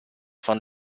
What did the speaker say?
von